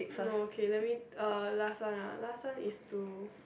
no okay let me uh last one ah last one is to